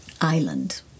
island